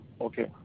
Okay